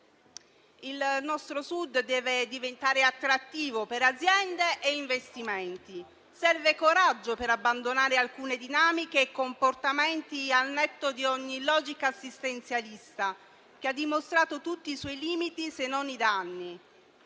Il nostro Sud deve diventare attrattivo per aziende e investimenti. Serve coraggio per abbandonare alcune dinamiche e comportamenti al netto di ogni logica assistenzialista, che ha dimostrato tutti i suoi limiti, se non i danni.